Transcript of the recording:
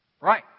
Right